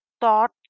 thought